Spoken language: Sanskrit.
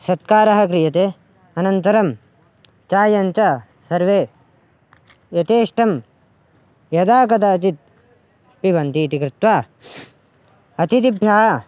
सत्कारः क्रियते अनन्तरं चायं च सर्वे यथेष्टं यदा कदाचित् पिबन्ति इति कृत्वा अतिथिभ्यः